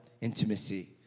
Intimacy